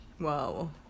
wow